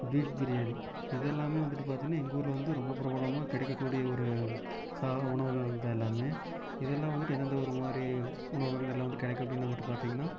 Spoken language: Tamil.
பீஃப் பிரியாணி இதெல்லாமே வந்துட்டு பார்த்தீங்கன்னா எங்கூர்ல வந்து ரொம்ப பிரபலமாக கிடைக்கக்கூடிய ஒரு சா உணவுகள் தான் வந்து எல்லாமே இதெல்லாம் வந்துட்டு எந்தெந்த ஊர் மாதிரி உணவகங்கள்ல வந்து கிடைக்கும் அப்படின்னு வந்துட்டு பார்த்தீங்கன்னா